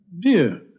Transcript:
Dear